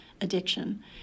addiction